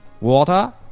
Water